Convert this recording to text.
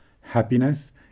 happiness